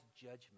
judgment